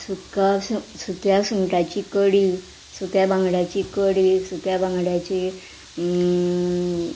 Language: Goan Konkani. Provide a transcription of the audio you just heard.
सुका सुंग सुक्या सुंगटाची कडी सुक्या बांगडाची कडी सुक्या बांगड्याची